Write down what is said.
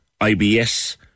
IBS